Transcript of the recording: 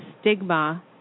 stigma